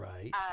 Right